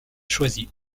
choisi